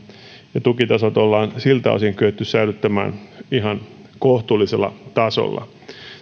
ja tukitasot on siltä osin kyetty säilyttämään ihan kohtuullisella tasolla